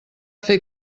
fer